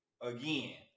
again